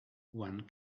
one